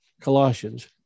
Colossians